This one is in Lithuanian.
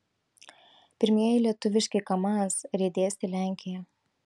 pirmieji lietuviški kamaz riedės į lenkiją